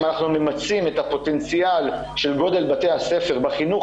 אם אנחנו ממצים את הפוטנציאל של גודל בתי הספר בחינוך